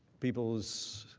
people's